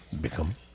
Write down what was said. become